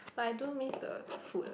but I do miss the food lah